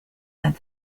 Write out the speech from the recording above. that